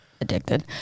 Addicted